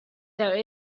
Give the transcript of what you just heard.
there